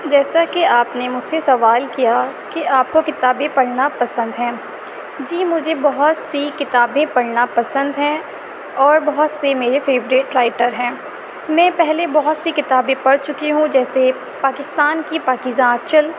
جیسا کہ آپ نے مجھ سے سوال کیا کہ آپ کو کتابیں پڑھنا پسند ہیں جی مجھے بہت سی کتابیں پڑھنا پسند ہیں اور بہت سے میرے فیوریٹ رائٹر ہیں میں پہلے بہت سی کتابیں پڑھ چکی ہوں جیسے پاکستان کی پاکیزہ آنچل